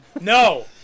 No